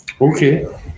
Okay